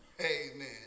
Amen